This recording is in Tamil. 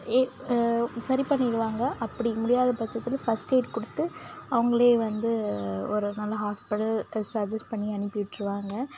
சரி பண்ணிவிடுவாங்க அப்படி முடியாத பச்சத்தில் ஃபஸ்ட் எய்ட் கொடுத்து அவங்களே வந்து ஒரு நல்ல ஹாஸ்பிட்டல் சஜஸ் பண்ணி அனுப்பி விட்டுருவாங்க